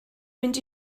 mynd